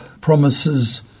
Promises